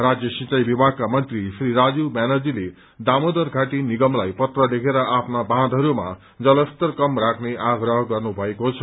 राज्य सिंचाई विभागका मन्त्री श्री राजीव ब्यानर्जीले दामोदर घाटी निगमलाई पत्र लेखेर आफ्ना बाँथहरूमा जलस्तर कम्ती राख्ने अग्रह गर्नुभएको छ